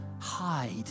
hide